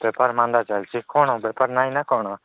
ବେପାର ମାନ୍ଦା ଚାଲିଛି କ'ଣ ବେପାର ନାହିଁ ନା କ'ଣ